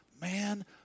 man